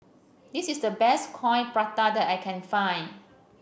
this is the best Coin Prata that I can find